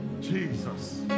Jesus